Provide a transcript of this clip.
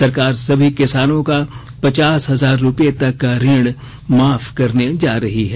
सरकार सभी किसानों का पचास हजार रूपये तक का ऋण माफ करने जा रही है